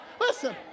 Listen